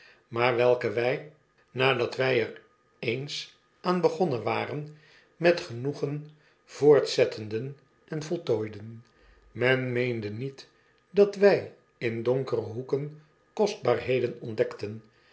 maar welke wy nadat wy er eens aan begonnen waren met genoegen voortzetteden en voltooiden men meene niet dat wij in donkere hoeken kostbaarheden ontdekten